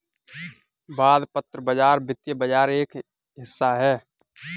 बंधपत्र बाज़ार वित्तीय बाज़ार का एक हिस्सा है